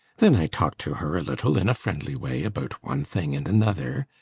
then i talked to her a little, in a friendly way about one thing and another.